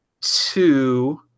two